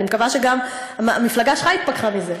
אני מקווה שגם המפלגה שלך התפכחה מזה.